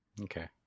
Okay